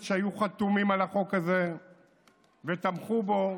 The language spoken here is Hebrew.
שהיו חתומים על החוק הזה ותמכו בו,